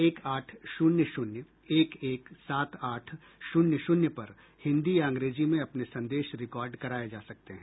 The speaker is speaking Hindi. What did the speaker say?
एक आठ शून्य शून्य एक एक सात आठ शून्य शून्य पर हिंदी या अंग्रेजी में अपने संदेश रिकार्ड कराए जा सकते हैं